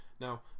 Now